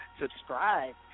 subscribe